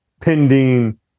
pending